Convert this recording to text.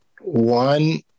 one